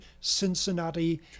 Cincinnati